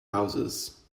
houses